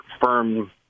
firm